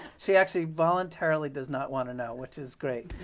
she actually voluntarily does not want to know, which is great.